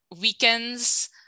weekends